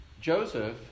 Joseph